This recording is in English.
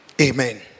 Amen